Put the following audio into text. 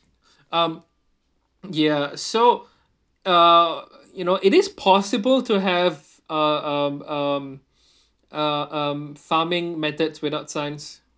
um ya so uh you know it is possible to have uh um um uh um farming methods without science